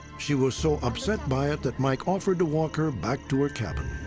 she was so upset by it that mike offered to walk her back to her cabin.